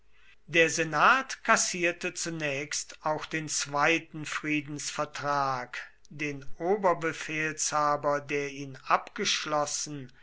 der senat kassierte zunächst auch den zweiten friedensvertrag den oberbefehlshaber der ihn abgeschlossen